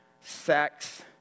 sex